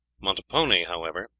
montepone, however,